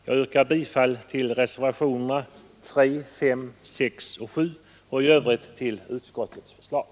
Jag yrkar bifall till reservationerna 3, 5, 6 och 7 och i övrigt till utskottets hemställan.